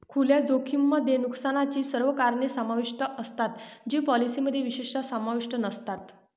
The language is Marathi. खुल्या जोखमीमध्ये नुकसानाची सर्व कारणे समाविष्ट असतात जी पॉलिसीमध्ये विशेषतः समाविष्ट नसतात